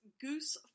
goose